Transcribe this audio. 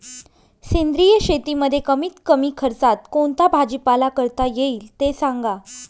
सेंद्रिय शेतीमध्ये कमीत कमी खर्चात कोणता भाजीपाला करता येईल ते सांगा